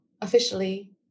officially